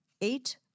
Eight